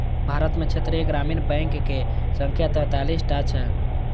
भारत मे क्षेत्रीय ग्रामीण बैंकक संख्या तैंतालीस टा छै